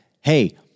hey